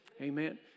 Amen